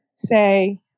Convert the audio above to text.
say